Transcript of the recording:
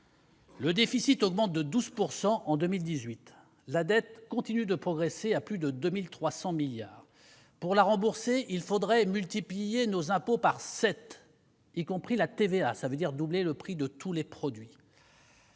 Le déficit augmente de 12 % en 2018 et la dette continue de progresser à plus de 2 300 milliards d'euros. Pour la rembourser, il faudrait multiplier nos impôts par sept, y compris la TVA- cela veut dire qu'il faudrait doubler le prix de tous les produits.